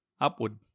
upward